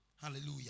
Hallelujah